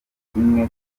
kimwe